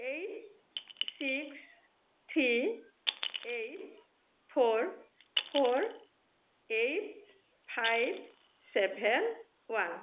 eight six three eight four four eight five seven one